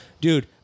Dude